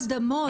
דעתי,